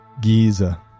Giza